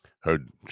Heard